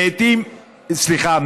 סליחה,